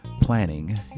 planning